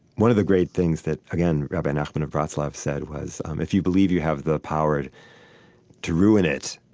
one of the great things that, again, rabbi nachman of breslov said was um if you believe you have the power to to ruin it,